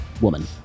woman